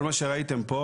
כל מה שראיתם פה